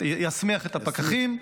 יסמיך את הפקחים,